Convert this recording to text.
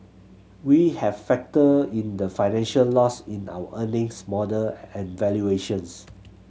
we have factored in the financial loss in our earnings model and valuations